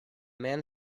man